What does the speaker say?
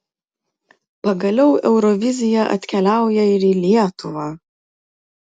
pagaliau eurovizija atkeliauja ir į lietuvą